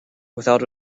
without